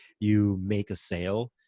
you make a sale,